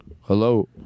Hello